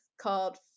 called